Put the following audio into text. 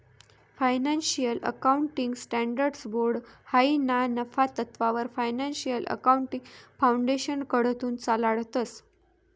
financial accounting standards board हायी ना नफा तत्ववर फायनान्शियल अकाउंटिंग फाउंडेशनकडथून चालाडतंस